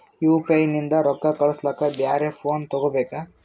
UPI ನಿಂದ ರೊಕ್ಕ ಕಳಸ್ಲಕ ಬ್ಯಾರೆ ಫೋನ ತೋಗೊಬೇಕ?